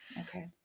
Okay